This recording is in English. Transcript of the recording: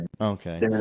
Okay